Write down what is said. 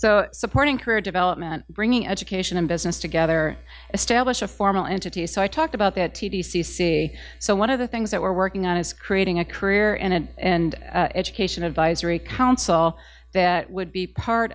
so supporting career development bringing education and business together establish a formal entity so i talked about that t v c c so one of the things that we're working on is creating a career and education advisory council that would be part